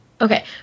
Okay